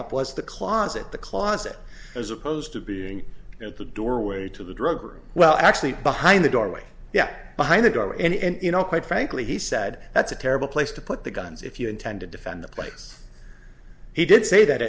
up was the closet the closet as opposed to being at the doorway to the drug room well actually behind the doorway yeah behind the door and you know quite frankly he said that's a terrible place to put the guns if you intend to defend the place he did say that